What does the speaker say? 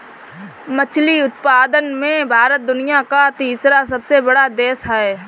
मछली उत्पादन में भारत दुनिया का तीसरा सबसे बड़ा देश है